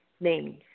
names